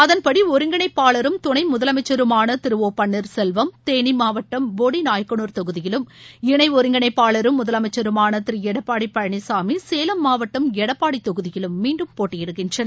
அதன்படி ஒருங்கிணைப்பாளரும் துணை முதலமைச்சருமான திரு ஓ பன்னீர்செல்வம் தேனி மாவட்டம் போடி நாயக்கனூர் தொகுதியிலும் இணை ஒருங்கிணைப்பாளரும் முதலமைச்சருமான திரு எடப்பாடி பழனிசாமி சேலம் மாவட்டம் எடப்பாடி தொகுதியிலும் மீண்டும் போட்டியிடுகின்றனர்